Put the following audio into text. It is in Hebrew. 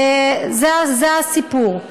זה הסיפור.